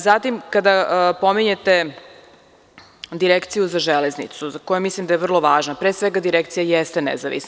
Zatim, kada pominjete Direkciju za železnicu, koja mislim da je vrlo važna, pre svega Direkcija jeste nezavisna.